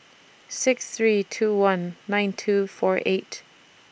six three two one nine two four eight